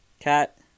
cat